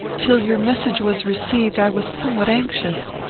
till your message was received i was somewhat anxious.